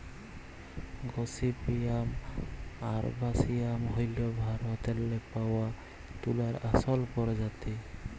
gossypium আরবাসিয়াম হ্যইল ভারতেল্লে পাউয়া তুলার আসল পরজাতি